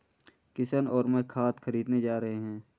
किशन और मैं खाद खरीदने जा रहे हैं